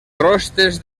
crostes